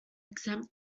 exempt